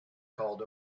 called